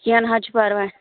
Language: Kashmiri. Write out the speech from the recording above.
کیٚنٛہہ نہَ حظ چھُ پَرواے